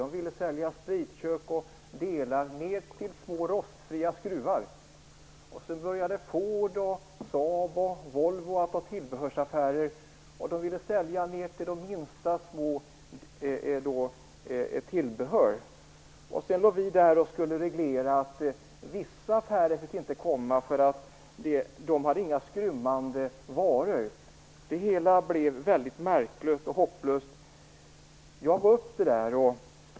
De ville sälja spritkök och smådelar - ned till små rostfria skruvar. Så började Ford, Saab och Volvo att ha tillbehörsaffärer. De ville sälja tillbehör - ned till de minsta. Sedan var vi där och skulle reglera. Vissa affärer fick inte komma dit, för de hade inga skrymmande varor. Det hela blev väldigt märkligt och hopplöst. Jag gav upp.